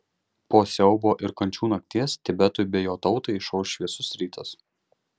po siaubo ir kančių nakties tibetui bei jo tautai išauš šviesus rytas